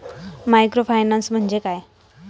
Microfinance म्हणजे काय?